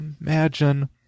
imagine